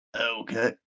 Okay